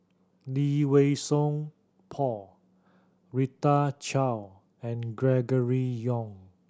Lee Wei Song Paul Rita Chao and Gregory Yong